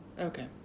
Okay